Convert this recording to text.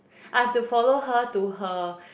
I have to follow her to her